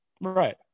Right